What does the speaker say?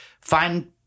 find